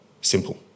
simple